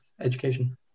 education